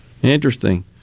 Interesting